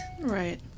Right